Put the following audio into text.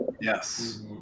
Yes